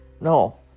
No